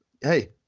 Hey